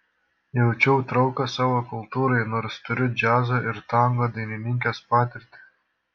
jaučiau trauką savo kultūrai nors turiu džiazo ir tango dainininkės patirtį